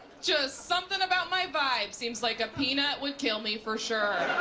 just something about my vibe seems like a peanut would kill me for sure.